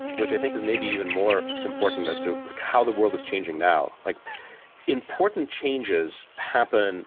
which i think is maybe even more important as to like how the world is changing now. like important changes happen